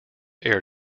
air